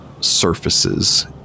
surfaces